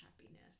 happiness